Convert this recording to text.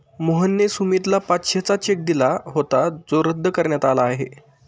मोहनने सुमितला पाचशेचा चेक दिला होता जो रद्द करण्यात आला आहे